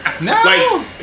No